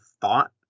thought